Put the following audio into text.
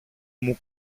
μου